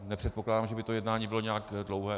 Nepředpokládám, že by to jednání bylo nějak dlouhé.